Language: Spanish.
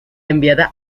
enviada